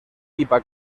pipa